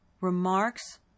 remarks